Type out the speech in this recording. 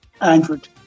Android